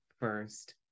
first